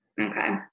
Okay